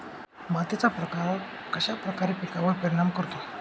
मातीचा प्रकार कश्याप्रकारे पिकांवर परिणाम करतो?